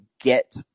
get